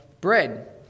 bread